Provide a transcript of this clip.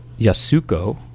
Yasuko